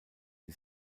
die